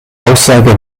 aussage